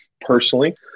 personally